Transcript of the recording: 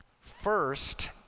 First